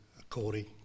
according